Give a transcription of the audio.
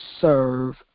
serve